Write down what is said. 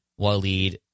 Waleed